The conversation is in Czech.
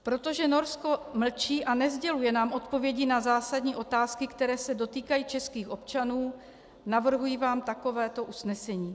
Protože Norsko mlčí a nesděluje nám odpovědi na zásadní otázky, které se dotýkají českých občanů, navrhuji vám takovéto usnesení.